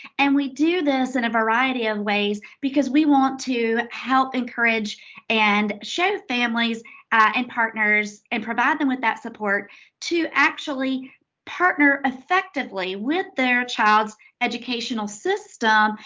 and we do this in a variety of ways because we want to help encourage and show families and partners, and provide them with that support to actually partner effectively with their child's educational system,